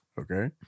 Okay